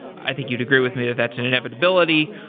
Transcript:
i think you'd agree with me that that's an inevitability.